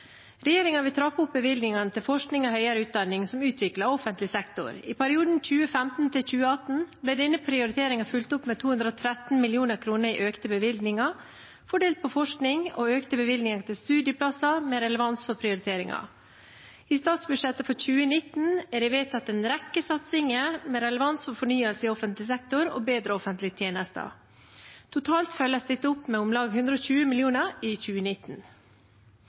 vil trappe opp bevilgningene til forskning og høyere utdanning som utvikler offentlig sektor. I perioden 2015–2018 ble denne prioriteringen fulgt opp med 213 mill. kr i økte bevilgninger, fordelt på forskning og økte bevilgninger til studieplasser med relevans for prioriteringen. I statsbudsjettet for 2019 er det vedtatt en rekke satsinger med relevans for fornyelse i offentlig sektor og bedre offentlige tjenester. Totalt følges dette opp med om lag 120 mill. kr i 2019.